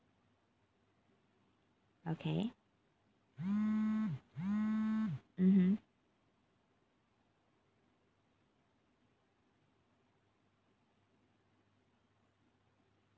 okay mmhmm